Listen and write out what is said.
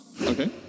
Okay